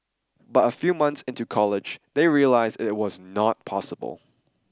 but a few months into college they realised it was not possible